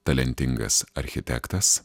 talentingas architektas